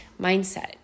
mindset